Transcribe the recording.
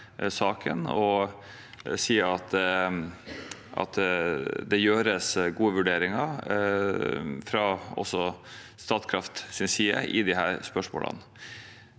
og si at det gjøres gode vurderinger også fra Statkraft sin side i disse spørsmålene.